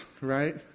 right